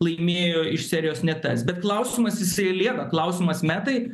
laimėjo iš serijos ne tas bet klausimas jisai lieka klausimas metai